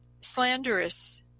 slanderous